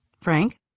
Frank